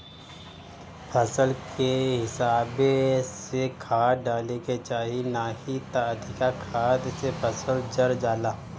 फसल के हिसाबे से खाद डाले के चाही नाही त अधिका खाद से फसल जर जाला